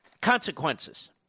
Consequences